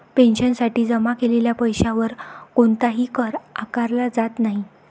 पेन्शनसाठी जमा केलेल्या पैशावर कोणताही कर आकारला जात नाही